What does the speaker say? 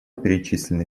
перечислены